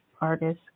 artist